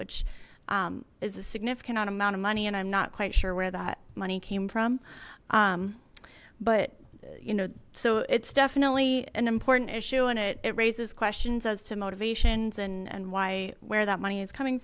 which is a significant amount of money and i'm not quite sure where that money came from but you know so it's definitely an important issue in it it raises questions as to motivations and and why where that money is coming